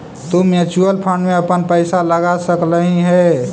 तु mutual fund में अपन पईसा लगा सकलहीं हे